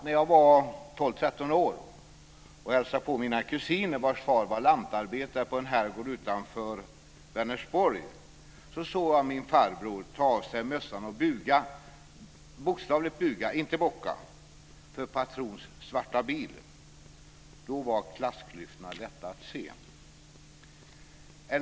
När jag var tolv tretton år och hälsade på mina kusiner, vars far var lantarbetare på en herrgård utanför Vänersborg, såg jag min farbror ta av sig mössan och buga - bokstavligen buga, inte bocka - för patrons stora svarta bil. Då var klassklyftorna lätta att se.